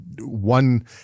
one